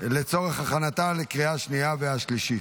לצורך הכנתה לקריאה השנייה והשלישית.